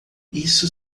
isso